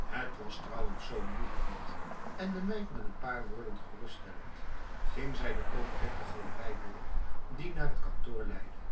het was trouwens zo moeilijk niet en de meid met een paar woorden geruststellend ging zij de overdekte galerij door die naar het kantoor leidde